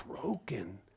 broken